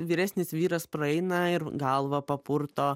vyresnis vyras praeina ir galvą papurto